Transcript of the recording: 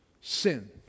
sin